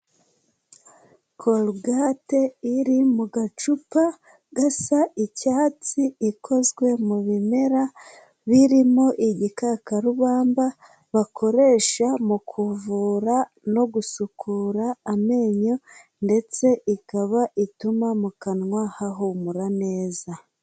Korogate iri mu gacupa gasa icyatsi ikozwe mu bimera, birimo igikakarubamba bakoresha mu kuvura no gusukura amenyo ndetse ikaba ituma mu kanwa hahumura neza.